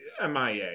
MIA